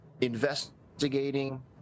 investigating